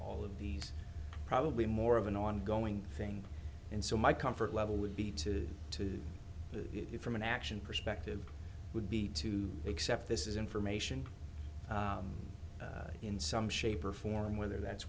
all of these probably more of an ongoing thing and so my comfort level would be to to do it from an action perspective would be to accept this is information in some shape or form whether that's